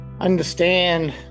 understand